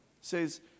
says